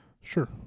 Sure